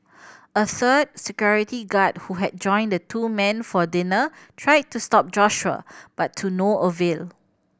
a third security guard who had joined the two men for dinner tried to stop Joshua but to no avail